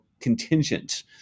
contingent